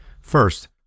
First